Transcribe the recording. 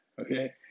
Okay